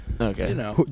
Okay